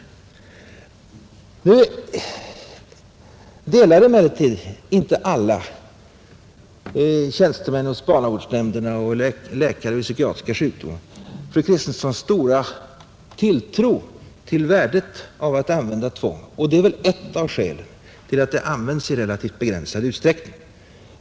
Nu delar emellertid inte alla tjänstemän hos barnavårdsnämnderna och alla läkare vid de psykiatriska sjukhusen fru Kristenssons stora tilltro till värdet av att använda tvång, och det är väl ett av skälen till att det används i relativt begränsad utsträckning.